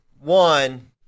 one